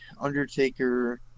Undertaker